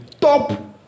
Top